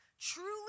Truly